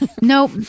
Nope